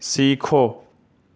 سیکھو